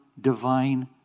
divine